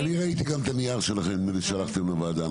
אוקיי, אני ראיתי גם את הנייר שלכם ששלחתם לוועדה.